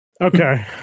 Okay